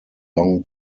long